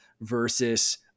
versus